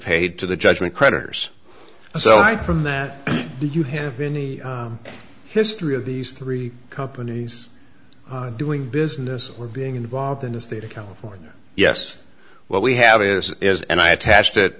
paid to the judgment creditors so from that you have in the history of these three companies doing business or being involved in the state of california yes what we have is is and i attached it